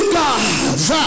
gods